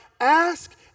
ask